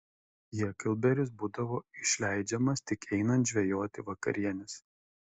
heklberis būdavo išleidžiamas tik einant žvejoti vakarienės